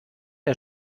der